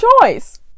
choice